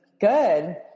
Good